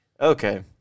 Okay